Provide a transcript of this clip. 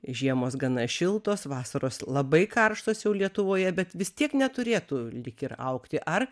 žiemos gana šiltos vasaros labai karštos jau lietuvoje bet vis tiek neturėtų lyg ir augti ar